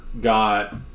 got